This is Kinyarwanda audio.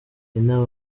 inama